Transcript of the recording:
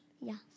Yes